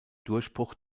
durchbruch